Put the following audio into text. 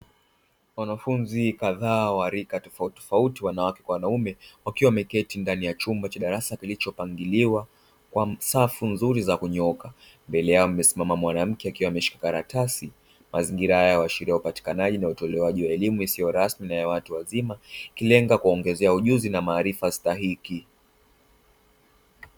Wanafunzi kadhaa wa rika tofautitofauti wanawake kwa wanaume wakiwa wameketi ndani ya chumba cha darasa kilichopangiliwa kwa safu nzuri za kunyooka, Mbele yao akiwa amesimama mwanamke akiwa ameshika karatasi. Mazingira haya huashiria apatikanaji na utolewaji wa elimu isio rasmi na watu wazima ikilenga kuwaongezea ujuzi na maarifa stahiki.